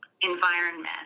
environment